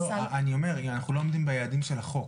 לא עומדים ביעדים של החוק,